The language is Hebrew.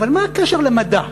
אבל מה הקשר למדע?